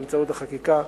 באמצעות החקיקה,